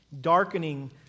darkening